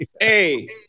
Hey